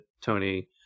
tony